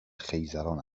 خیزران